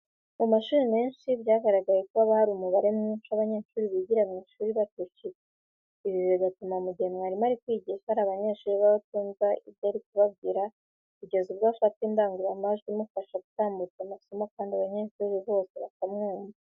Mu mashuri menshi byagaragaye ko haba hari umubare mwinshi w'abanyeshuri bigira mu ishuri bacucitse, ibi bigatuma mu gihe mwarimu ari kwigisha hari abanyeshuri baba batumva ibyo ari kubabwira kugeza ubwo afata indangururamajwi imufasha gutambutsa amasomo, kandi abanyeshuri bose bakamwumva.